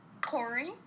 Corey